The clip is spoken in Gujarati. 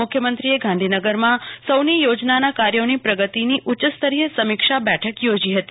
મુ ખ્યમંત્રીએ ગાંધીનગરમાં સૌની યોજનાના કાર્યોની પ્રગતિની ઉચ્ચસ્તરીય સમીક્ષા બેઠક યોજી હતી